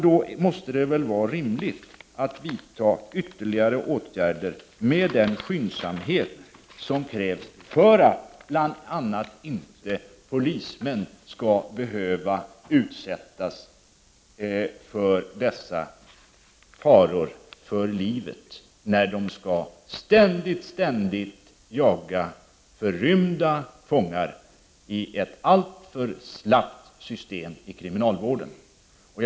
Då måste det väl vara rimligt att vidta ytterligare åtgärder med den skyndsamhet som krävs, bl.a. för att inte polismän skall behöva utsättas för faror för livet när de ständigt skall jaga förrymda fångar i ett alltför slappt system inom kriminalvården. Fru talman!